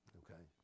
okay